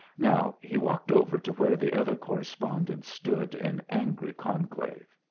now he walked over to where the other correspondents stood in angry conclave.